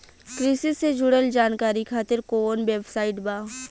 कृषि से जुड़ल जानकारी खातिर कोवन वेबसाइट बा?